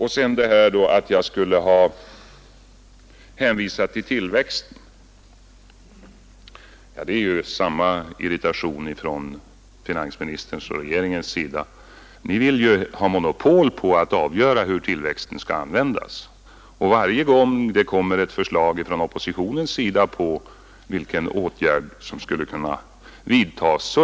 Även när jag talar om möjligheten att utnyttja tillväxten av våra resurser möter jag samma irritation från finansministerns och regeringens sida. Ni vill tydligen ha monopol på att själva avgöra hur de ökade resurser som skapas genom tillväxten i vår ekonomi skall användas. Varje gång det kommer ett förslag ifrån oppositionens sida om en åtgärd som skulle kunna vidtas,